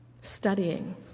studying